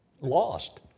lost